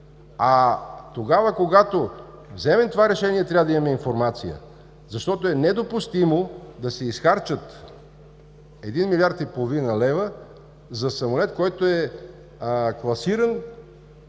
Тогава, когато вземем това решение, трябва да имаме информация. Защото е недопустимо да се изхарчат 1 милиард и половина лева за самолет, който е класиран,